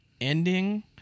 ending